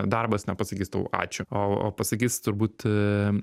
darbas nepasakys tau ačiū o o pasakys turbūt